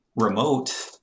remote